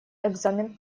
экзамен